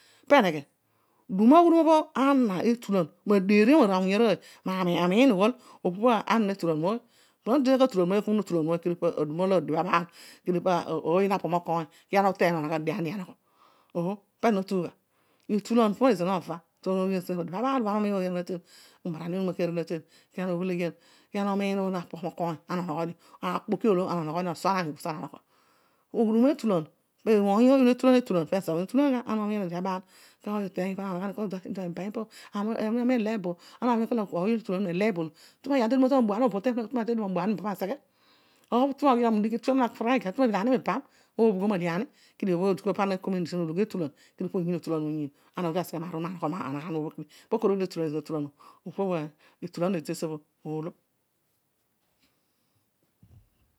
Peneghe? Tugh aghudum olo etulan aroiy eiin eghol ana natulan oiy. Ana tadieko kuna tulan oiy kedio ōoy na pro mokoiny kana uteiy but ana onoghodio, pezo notugh gha? Etulan po obho nova, ana umin oiy lo odi mokoiy ana obhel na dio aghudun etulan bha aroiy netulan, ibha adio abaal pana na nogho ami akōl ido miban ipa bho. Ana wa me eleebo ana miin akol oiy na tulan na zina tue ma ghiani tedum o tami ma bu meeleebo maseghe or tme mabhin aani mibam akani kedio pani useghe mologhi etukan kedio po oyiin otulanio moyiin po okoro etulan bhazira notulan ō, etulan lo ezira utulam ōolō.